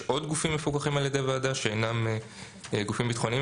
יש עוד גופים מפוקחים על ידי הוועדה שאינם גופים ביטחוניים,